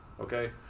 Okay